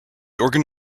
organ